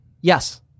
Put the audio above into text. Yes